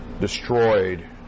destroyed